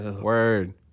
Word